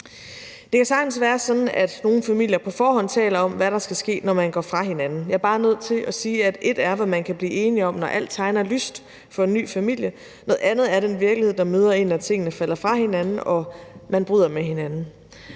Det kan sagtens være sådan, at nogle familier på forhånd taler om, hvad der skal ske, når man går fra hinanden. Jeg er bare nødt til at sige, at ét er, hvad man kan blive enig om, når alt tegner lyst for en ny familie; noget andet er den virkelighed, der møder en, når tingene falder fra hinanden og man bryder med hinanden.